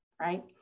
right